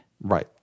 Right